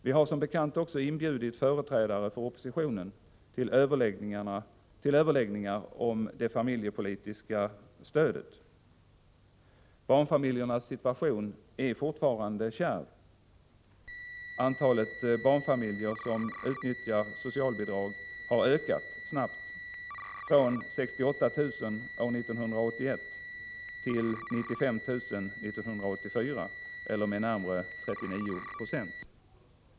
Vi har som bekant också inbjudit företrädare för oppositionen till överläggningar om det familjepolitiska stödet. Barnfamiljernas situation är fortfarande kärv. Antalet barnfamiljer som utnyttjar socialbidrag har ökat snabbt, från 68 000 år 1981 till 95 000 år 1984, eller med närmare 39 96.